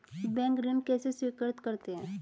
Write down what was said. Bank ऋण कैसे स्वीकृत करते हैं?